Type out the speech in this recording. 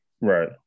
Right